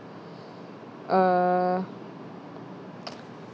uh